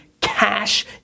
Cash